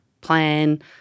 plan